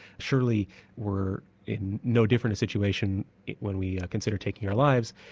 surely we're in no different a situation when we consider taking our lives,